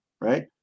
right